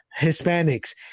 Hispanics